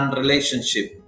relationship